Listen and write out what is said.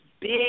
big